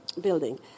building